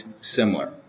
similar